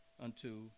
unto